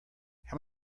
how